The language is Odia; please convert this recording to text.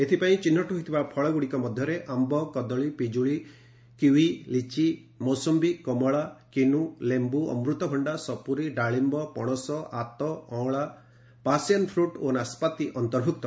ଏଥିପାଇଁ ଚିହ୍ନଟ ହୋଇଥିବା ଫଳଗୁଡ଼ିକ ମଧ୍ୟରେ ଆମ୍ଘ କଦଳୀ ପିକ୍କୁଳି କିୱି ଲିଚି ମୌସମ୍ପି କମଳା କିନୁ ଲେମ୍ବୁ ଅମୃତ ଭଣ୍ଡା ସପୁରୀ ଡାଳିମ୍ବ ପଣସ ଆତ ଅଁଳା ପାସିଅନ୍ ଫ୍ରଟ୍ ଓ ନାସ୍କାତି ଅନ୍ତର୍ଭୁକ୍ତ